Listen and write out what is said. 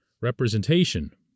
representation